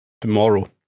tomorrow